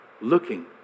looking